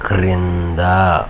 క్రింద